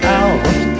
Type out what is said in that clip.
out